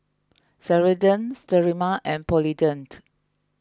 Ceradan Sterimar and Polident